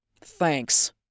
Thanks